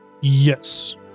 Yes